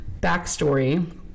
backstory